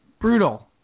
brutal